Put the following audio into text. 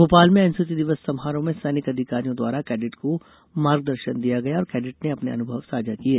भोपाल में एनसीसी दिवस समारोह में सैनिक अधिकारियों द्वारा कैडिट को मार्गदर्शन दिया गया और कैडिट ने अपने अनुभव साझा किये